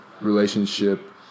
relationship